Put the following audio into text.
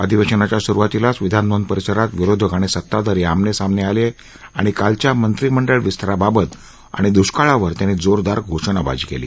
अधिवेशाच्या सुरुवातीलाच विधानभवन परिसरात विरोधक आणि सत्ताधारी आमनेसामने आले आणि कालच्या मंत्रीमंडळ विस्ताराबाबत आणि दृष्काळावर त्यांनी जोरदार घोषणा बाजी केली